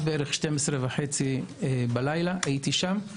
ועד בערך 12:30 בלילה, הייתי שם.